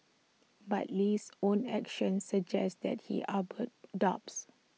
but Lee's own actions suggest that he harboured doubts